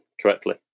correctly